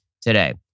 today